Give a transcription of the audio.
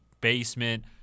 basement